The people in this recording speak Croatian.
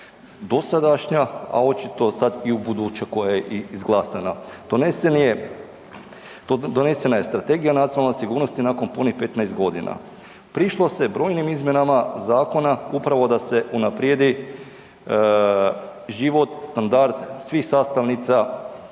dosadašnja, a očito sada i buduća koja je izglasana. Donesena je Strategija nacionalne sigurnosti nakon punih 15 godina. Prišlo se brojnim izmjenama zakona upravo da se unaprijedi život, standard svih sastavnica